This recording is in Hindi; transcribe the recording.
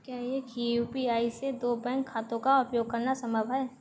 क्या एक ही यू.पी.आई से दो बैंक खातों का उपयोग करना संभव है?